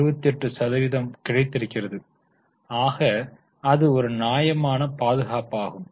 28 சதவீதம் கிடைத்திருக்கிறது ஆக அது ஒரு நியாயமான பாதுகாப்பாகும்